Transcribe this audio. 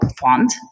font